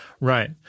Right